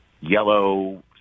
yellow